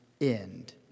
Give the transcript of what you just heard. end